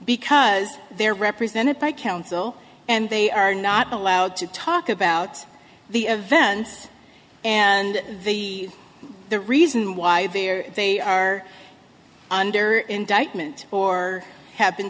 because they're represented by counsel and they are not allowed to talk about the events and the the reason why they are they are under indictment or have been